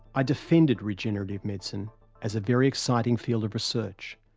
i defended regenerative medicine as a very exciting field of research.